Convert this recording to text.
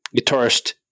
guitarist